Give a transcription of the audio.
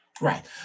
Right